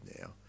now